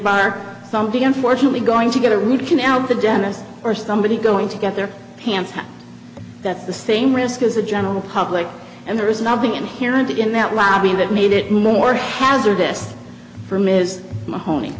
bar something unfortunately going to get a root canal the dentist or somebody's going to get their hands that's the same risk as the general public and there is nothing inherent in that lobbying that made it more hazardous for him is mahoney